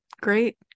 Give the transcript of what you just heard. great